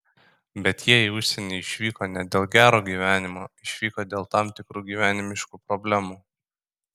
bet jie į užsienį išvyko ne dėl gero gyvenimo išvyko dėl tam tikrų gyvenimiškų problemų